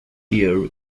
year